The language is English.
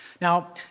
Now